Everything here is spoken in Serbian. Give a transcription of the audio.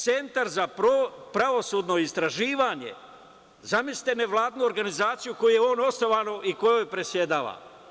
Centar za pravosudno istraživanje, zamislite nevladinu organizaciju koju je on osnovao i kojoj predsedava.